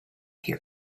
here